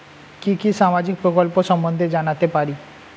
কি কি সামাজিক প্রকল্প সম্বন্ধে জানাতে পারি?